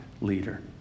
leader